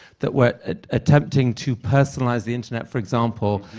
that we're attempting to personalize the internet, for example,